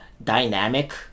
dynamic